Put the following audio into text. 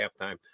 halftime